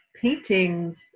paintings